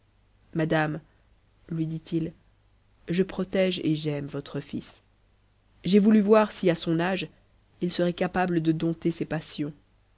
madame lui dit-il je protége et j'aime votre fils j'ai voulu voir si à son âge il serait capable de dompter ses passions